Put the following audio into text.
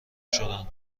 شدن